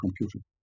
computer